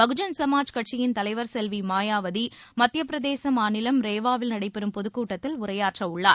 பகுஜன் சமாஜ் கட்சியின் தலைவர் செல்வி மாயாவதி மத்தியப்பிரதேச மாநிலம் ரேவா வில் நடைபெறும் பொதுக்கூட்டத்தில் உரையாற்றவுள்ளார்